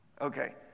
Okay